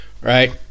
Right